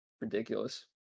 ridiculous